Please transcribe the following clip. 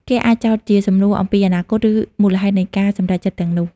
គេអាចចោទជាសំណួរអំពីអនាគត ឬមូលហេតុនៃការសម្រេចចិត្តទាំងនោះ។